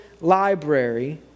library